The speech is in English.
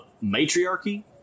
matriarchy